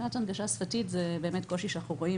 מבחינת הנגשה שפתית זה באמת קושי שאנחנו רואים